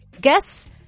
guess